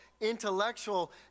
intellectual